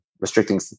restricting